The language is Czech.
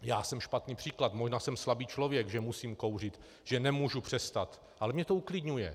Já jsem špatný příklad, možná jsem slabý člověk, že musím kouřit, že nemůžu přestat, ale mě to uklidňuje.